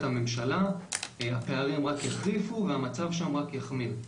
הממשלה הפערים רק יחריפו והמצב שם רק יחמיר.